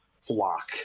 flock